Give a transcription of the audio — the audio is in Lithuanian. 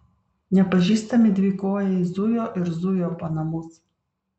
nepažįstami dvikojai zujo ir zujo po namus